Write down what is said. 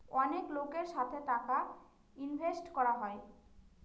অনেক লোকের সাথে টাকা ইনভেস্ট করা হয়